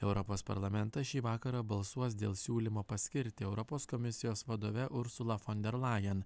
europos parlamentas šį vakarą balsuos dėl siūlymo paskirti europos komisijos vadove ursulą fon der lajen